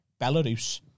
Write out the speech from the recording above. Belarus